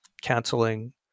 canceling